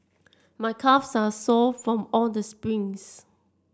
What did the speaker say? my calves are sore from all this sprints